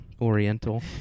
Oriental